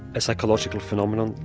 a psychological phenomenon,